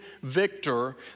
victor